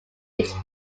each